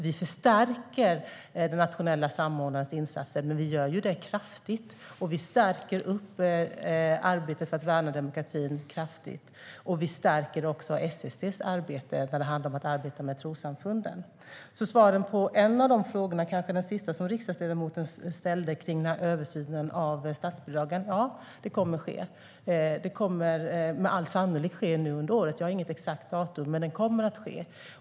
Vi förstärker den nationella samordnarens insatser kraftigt. Vi stärker kraftigt arbetet för att värna demokratin, och vi stärker också SST:s arbete med trossamfunden. Svaret på riksdagsledamotens sista fråga, om översynen av statsbidragen, är alltså att det kommer att ske. Det kommer med all sannolikhet att ske nu under året. Jag har inget exakt datum, men det kommer att ske.